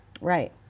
right